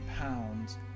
pounds